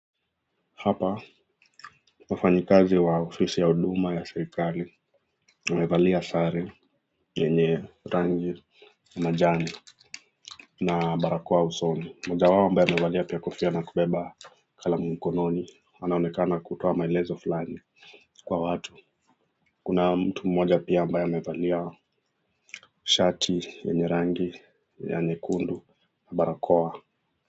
Hapa wafanyakazi wa ofisi ya huduma wa serikali wamevalia sare yenye rangi ya majani na barakoa usoni moja wao amevalia kofia na kubeba kalamu mkononi anaonekana kutoa maelezo fulani kwa watu kuna mtu moja pia amabaye amevalia shati la rangi nyekundu na barakoa.